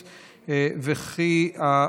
פיקוח ואכיפה),